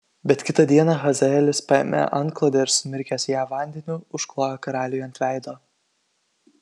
bet kitą dieną hazaelis paėmė antklodę ir sumirkęs ją vandeniu užklojo karaliui ant veido